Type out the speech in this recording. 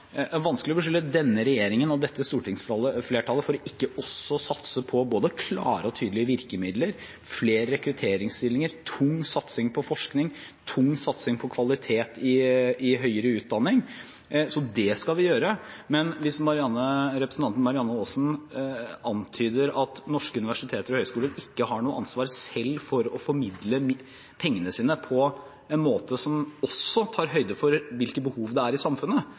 tydelige virkemidler, flere rekrutteringsstillinger, tung satsing på forskning, tung satsing på kvalitet i høyere utdanning. Det skal vi gjøre. Men hvis representanten Marianne Aasen antyder at norske universiteter og høyskoler ikke har noe ansvar selv for å formidle pengene sine på en måte som også tar høyde for hvilke behov det er i samfunnet,